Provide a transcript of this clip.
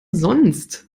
sonst